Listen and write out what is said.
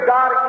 God